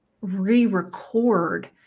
re-record